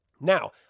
now